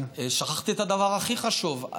שכחתי את הדבר הכי חשוב.